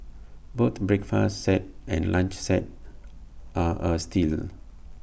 both breakfast set and lunch set are A steal